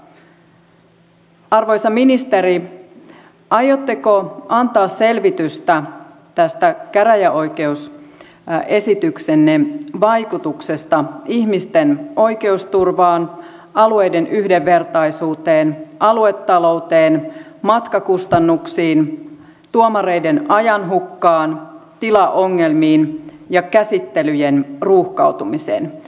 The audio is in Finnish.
arvoisa ministeri aiotteko antaa selvitystä tämän käräjäoikeusesityksenne vaikutuksesta ihmisten oikeusturvaan alueiden yhdenvertaisuuteen aluetalouteen matkakustannuksiin tuomareiden ajanhukkaan tilaongelmiin ja käsittelyjen ruuhkautumiseen